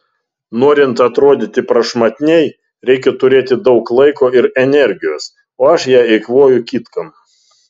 norint atrodyti prašmatniai reikia turėti daug laiko ir energijos o aš ją eikvoju kitkam